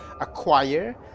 acquire